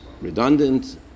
redundant